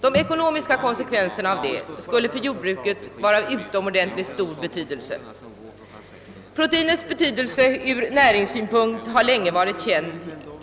De ekonomiska konsekvenserna av detta skulle för jordbruket vara av utomordentligt stor betydelse. Proteinets betydelse ur näringssynpunkt har länge varit känd.